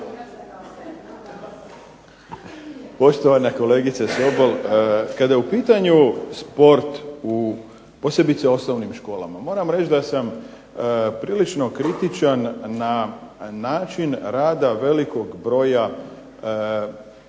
Poštovana kolegice Sobol kad je u pitanju sport posebice u osnovnim školama, moram reći da sam prilično kritičan na način rada velikog broja